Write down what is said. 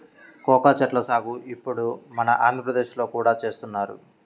cocoa చెట్ల సాగు ఇప్పుడు మన ఆంధ్రప్రదేశ్ లో కూడా చేస్తున్నారు